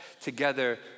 together